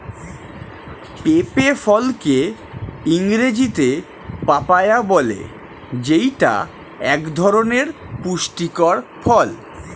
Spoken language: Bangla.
পেঁপে ফলকে ইংরেজিতে পাপায়া বলে যেইটা এক ধরনের পুষ্টিকর ফল